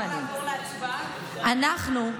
אנחנו,